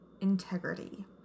integrity